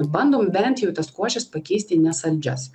bandom bent jau į tas košes pakeisti į nesaldžias